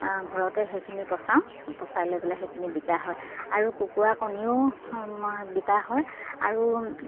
ঘৰতে সেইখিনি পচাওঁ পচাই লৈ পেলাই সেইখিনি বিকা হয় আৰু কুকুৰা কণীও বিকা হয় আৰু